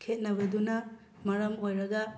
ꯈꯦꯠꯅꯕꯗꯨꯅ ꯃꯔꯝ ꯑꯣꯏꯔꯒ